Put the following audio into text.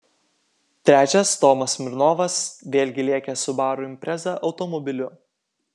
trečias tomas smirnovas vėlgi lėkęs subaru impreza automobiliu